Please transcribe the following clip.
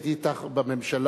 הייתי אתך בממשלה,